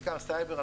בעיקר סייבר,